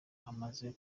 amaze